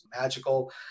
magical